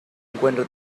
encuentre